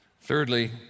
Thirdly